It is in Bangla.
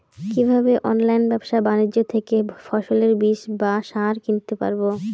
কীভাবে অনলাইন ব্যাবসা বাণিজ্য থেকে ফসলের বীজ বা সার কিনতে পারবো?